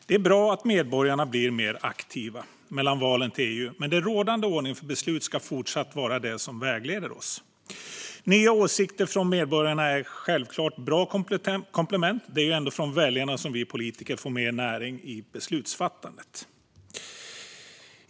Det är bra att medborgarna blir mer aktiva mellan valen till EU, men den rådande ordningen för beslut ska fortsätta vara det som vägleder oss. Nya åsikter från medborgarna är självklart ett bra komplement - det är ju från väljarna som vi politiker får mer näring till beslutfattandet.